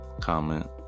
comment